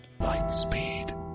Lightspeed